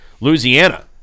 Louisiana